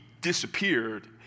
disappeared